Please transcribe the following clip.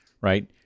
right